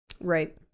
right